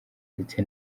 ndetse